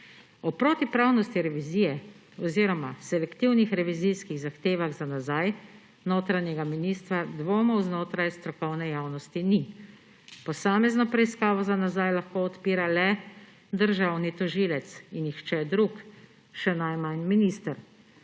o protipravnosti revizije oziroma selektivnih revizijskih zahtevanj za nazaj notranjega ministra znotraj strokovne javnosti ni. Posamezno preiskavo za nazaj lahko odpira le državni tožilec in nihče drug, še najmanj minister.